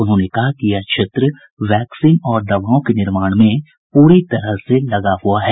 उन्होंने कहा कि यह क्षेत्र वैक्सीन और दवाओं के निर्माण में प्ररी तरह से लगा हुआ है